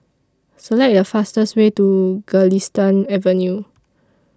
Select The fastest Way to Galistan Avenue